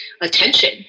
attention